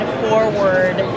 forward